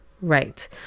right